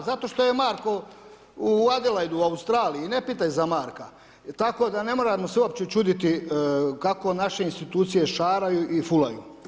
Zato što je Marko u Adelaide-u u Australiji, i ne pitaj za Marka, tako da ne moramo se uopće čuditi kako naše institucije šaraju i fulaju.